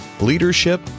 leadership